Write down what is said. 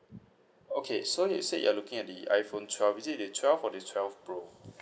okay so you said you're looking at the iphone twelve is it the twelve or the twelve pro